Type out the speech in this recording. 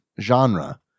genre